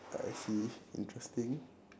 I see interesting